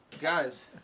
Guys